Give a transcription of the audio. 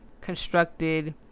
constructed